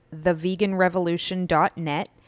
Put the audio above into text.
theveganrevolution.net